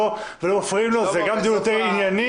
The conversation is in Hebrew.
שלו ולא מפריעים לו זה דיון יותר ענייני,